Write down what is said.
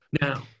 Now